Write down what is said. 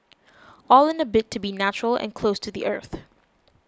all in a bid to be natural and close to the earth